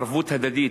ערבות הדדית",